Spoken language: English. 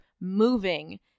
moving